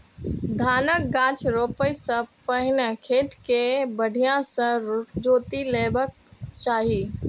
धानक गाछ रोपै सं पहिने खेत कें बढ़िया सं जोति लेबाक चाही